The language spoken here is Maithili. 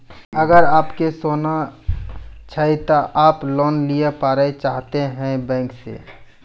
अगर आप के सोना छै ते आप लोन लिए पारे चाहते हैं बैंक से?